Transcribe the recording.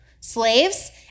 slaves